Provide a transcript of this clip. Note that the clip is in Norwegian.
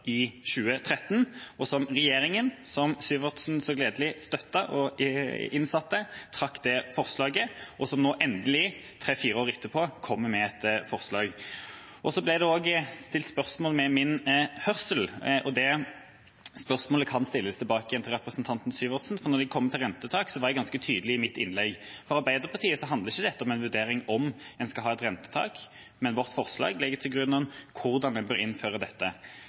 i 2013. Regjeringa, som representanten Syversen så gledelig støttet og innsatte, trakk det forslaget og kommer nå endelig, tre–fire år etterpå, med et forslag. Det ble også stilt spørsmål ved min hørsel, og det spørsmålet kan stilles tilbake igjen til representanten Syversen, for når det kommer til rentetak, var jeg ganske tydelig i mitt innlegg. For Arbeiderpartiet handler ikke dette om en vurdering av om en skal ha et rentetak, men vårt forslag legger til grunn hvordan en bør innføre dette.